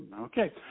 Okay